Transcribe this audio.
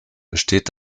besteht